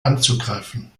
anzugreifen